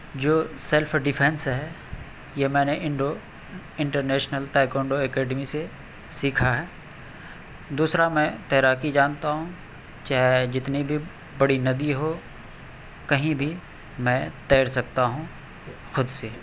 جو self defence ہے یہ میں نے انڈو انٹرنیشنل تائیکانڈو اکیڈمی سے سیکھا ہے دوسرا میں تیراکی جانتا ہوں چاہے جتنی بھی بڑی ندی ہو کہیں بھی میں تیر سکتا ہوں خود سے